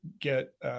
get